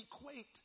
equate